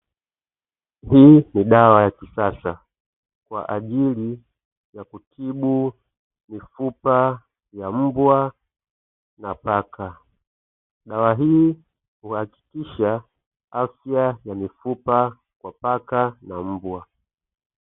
Hii ni dawa ya kisasa kwa ajili ya kutibu mifupa ya mbwa na paka, dawa hii huhakikisha afya ya mifupa kwa paka na mbwa.